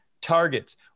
targets